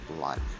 life